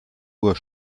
uhr